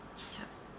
ya